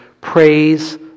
praise